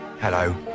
Hello